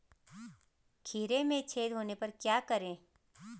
खीरे में छेद होने पर क्या करें?